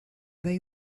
they